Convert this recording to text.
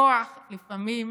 כוח לפעמים